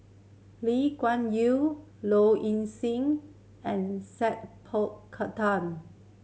Lee Kuan Yew Low Ing Sing and Sat Pal Khattar